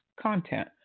content